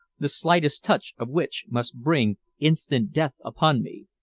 the slightest touch of which must bring instant death upon me.